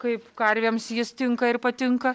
kaip karvėms jis tinka ir patinka